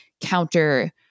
counter